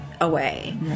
away